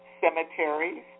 cemeteries